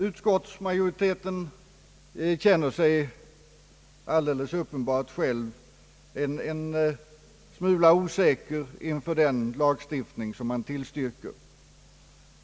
Utskottsmajoriteten känner sig uppenbarligen själv en smula osäker inför den lagstiftning som den tillstyrker.